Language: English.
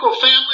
family